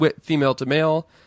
female-to-male